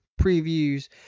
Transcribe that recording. previews